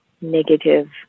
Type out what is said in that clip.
negative